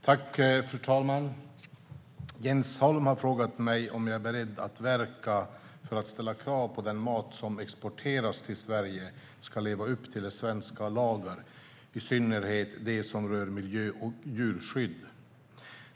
Fru talman! Jens Holm har frågat mig om jag är beredd att verka för att ställa krav på att den mat som exporteras till Sverige ska leva upp till svenska lagar, i synnerhet de som rör miljö och djurskydd.